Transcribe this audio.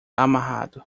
amarrado